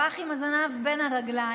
ברח עם הזנב בין הרגליים.